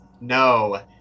No